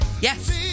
yes